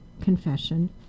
confession